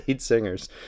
singers